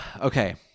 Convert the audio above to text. Okay